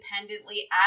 independently